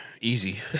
Easy